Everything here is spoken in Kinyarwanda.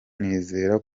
nizera